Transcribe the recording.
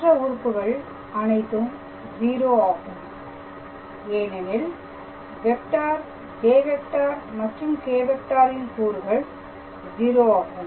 மற்ற உறுப்புகள் அனைத்தும் 0 ஆகும் ஏனெனில் வெக்டார் j மற்றும் k ன் கூறுகள் 0 ஆகும்